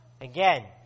Again